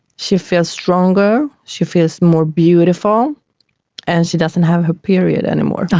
she feels stronger, she feels more beautiful and she doesn't have her period anymore.